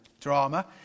drama